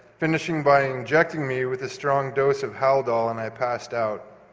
finishing by injecting me with a strong dose of haldol and i passed out.